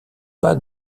pas